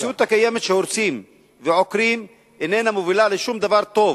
המציאות הקיימת שהורסים ועוקרים איננה מובילה לשום דבר טוב.